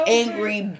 angry